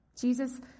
Jesus